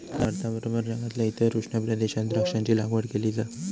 भारताबरोबर जगातल्या इतर उष्ण प्रदेशात द्राक्षांची लागवड केली जा